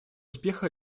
успеха